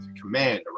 command